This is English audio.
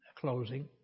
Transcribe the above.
closing